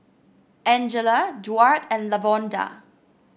Angela Duard and Lavonda